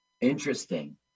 Interesting